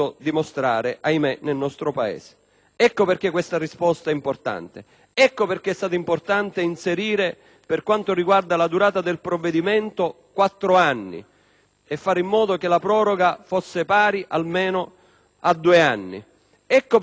Ecco perché questa risposta è importante. Ecco perché è stato importante inserire, per quanto riguarda la durata del provvedimento, quattro anni e fare modo che la proroga fosse pari almeno a due anni. Ecco perché è stato importante costruire